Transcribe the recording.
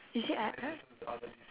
is it I !huh!